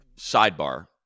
sidebar